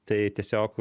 tai tiesiog